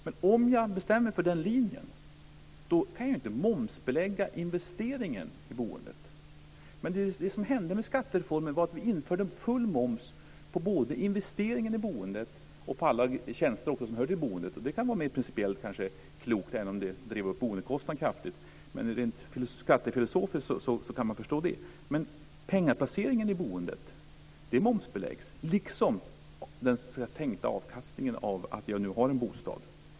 Men om man bestämmer sig för den linjen kan man inte momsbelägga investeringen i boendet. Vid skattereformen infördes full moms både på investeringar i boende och på alla tjänster som hör till boendet. Det senare kan vara mer principiellt klokt, även om det drev upp boendekostnaden kraftigt. Rent skattefilosofiskt kan man förstå det. Men penningplaceringen i boendet momsbeläggs liksom den tänkta avkastningen av en bostad.